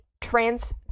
trans